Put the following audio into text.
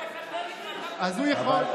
אז הוא יכול.